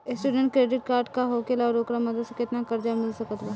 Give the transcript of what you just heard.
Student credit card का होखेला और ओकरा मदद से केतना कर्जा मिल सकत बा?